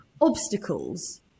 obstacles